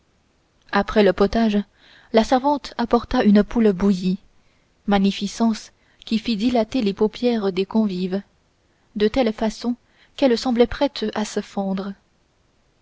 après le potage la servante apporta une poule bouillie magnificence qui fit dilater les paupières des convives de telle façon qu'elles semblaient prêtes à se fendre